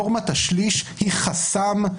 נורמת השליש היא חסם,